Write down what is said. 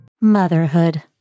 Motherhood